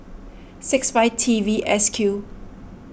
six five T V S Q